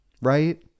right